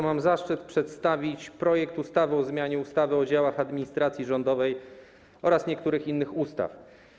Mam zaszczyt przedstawić projekt ustawy o zmianie ustawy o działach administracji rządowej oraz niektórych innych ustaw.